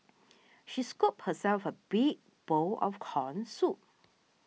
she scooped herself a big bowl of Corn Soup